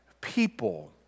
people